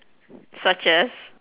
such as